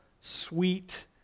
sweet